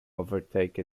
overtake